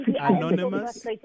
Anonymous